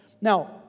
Now